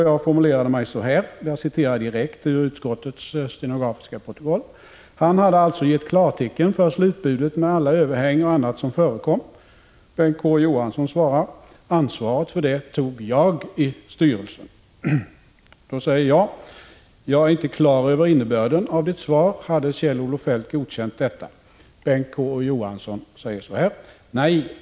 Jag skall citera ur utskottets stenografiska protokoll: ”Bertil Fiskesjö: Han hade alltså givit klartecken för slutbudet med alla överhäng och annat som förekom? Bengt K. Å. Johansson: Ansvaret för det tog jag i styrelsen. Bertil Fiskesjö: Jag är inte klar över innebörden av ditt svar. Hade Kjell-Olof Feldt godkänt detta? Bengt K. Å. Johansson: Nej.